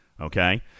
Okay